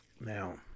Now